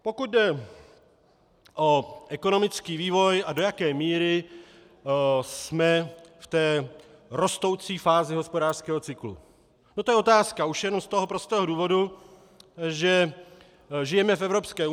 Pokud jde o ekonomický vývoj a do jaké míry jsme v rostoucí fázi hospodářského cyklu, no, to je otázka, už jenom z toho prostého důvodu, že žijeme v Evropské unii.